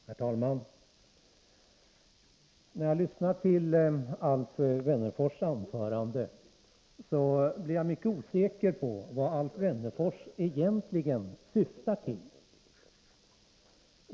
Herr talman! När jag lyssnar till Alf Wennerfors anförande blir jag mycket osäker på vad han egentligen syftar till.